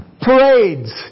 Parades